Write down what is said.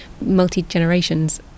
multi-generations